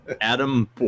Adam